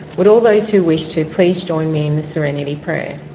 would all those who wish to please join me in the serenity prayer.